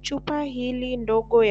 Chupa hili ndogo